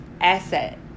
asset